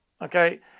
Okay